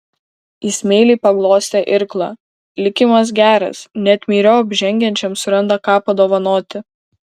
jis meiliai paglostė irklą likimas geras net myriop žengiančiam suranda ką padovanoti